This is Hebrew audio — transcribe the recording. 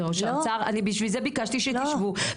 בשביל זה ביקשתי שתשבו,